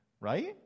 right